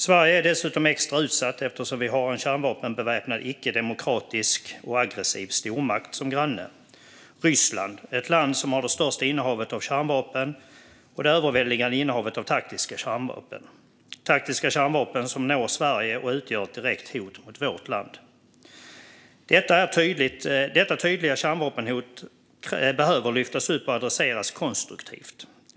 Sverige är dessutom extra utsatt eftersom vi har en kärnvapenbeväpnad, icke-demokratisk och aggressiv stormakt som granne: Ryssland, ett land som har det största innehavet av kärnvapen och ett överväldigande innehav av taktiska kärnvapen - taktiska kärnvapen som når Sverige och utgör ett direkt hot mot vårt land. Detta tydliga kärnvapenhot behöver lyftas upp och adresseras konstruktivt.